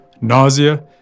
nausea